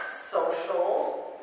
social